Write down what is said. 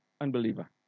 unbeliever